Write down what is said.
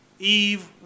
Eve